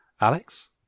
Alex